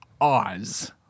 Oz